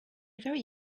very